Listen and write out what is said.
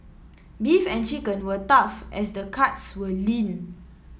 beef and chicken were tough as the cuts were lean